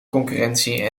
concurrentie